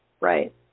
Right